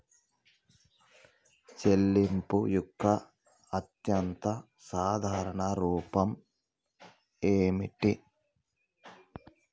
చెల్లింపు యొక్క అత్యంత సాధారణ రూపం ఏమిటి?